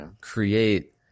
create